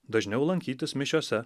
dažniau lankytis mišiose